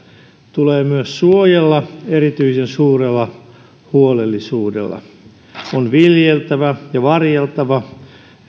tulee suojella erityisen suurella huolellisuudella on viljeltävä ja varjeltava